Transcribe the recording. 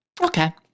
Okay